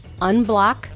unblock